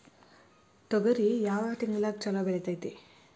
ತೊಗರಿ ಯಾವ ತಿಂಗಳದಾಗ ಛಲೋ ಬೆಳಿತೈತಿ?